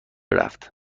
رفت